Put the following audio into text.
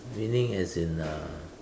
winning as in uh